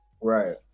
Right